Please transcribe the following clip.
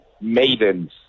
maidens